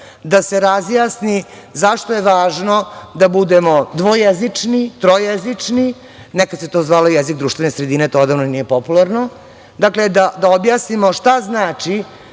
da se razjasni zašto je važno da budemo dvojezični, trojezični, nekada se to zvalo jezik društvene sredine. To odavno nije popularno. Dakle, da objasnimo šta znači